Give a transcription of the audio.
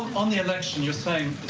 on the election you are saying